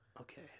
Okay